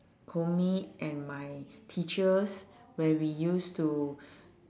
and my teachers where we used to